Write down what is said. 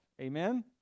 Amen